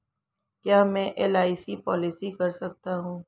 क्या मैं LIC policy कर सकता हूं?